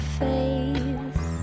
face